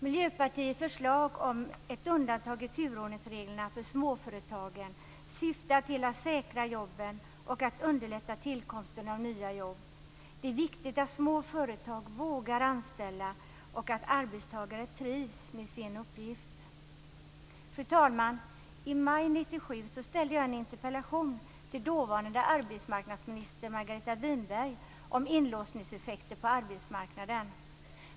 Miljöpartiets förslag om ett undantag i turordningsreglerna för småföretagen syftar till att säkra jobben och att underlätta tillkomsten av nya jobb. Det är viktigt att små företag vågar anställa och att arbetstagare trivs med sin uppgift. Fru talman! I maj 1997 framställde jag en interpellation till dåvarande arbetsmarknadsminister Margareta Winberg om inlåsningseffekter på arbetsmarknaden.